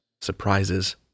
surprises